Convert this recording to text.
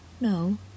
no